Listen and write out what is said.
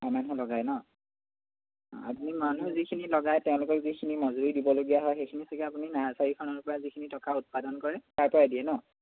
অ মানুহ লগায় ন আ আপুনি মানুহ যিখিনি লগায় তেওঁলোকক যিখিনি মজুৰি দিবলগীয়া হয় সেইখিনি চাগে আপুনি নাৰ্ছাৰীখনৰ পৰা যিখিনি টকা উৎপাদন কৰে তাৰ পৰাই দিয়ে ন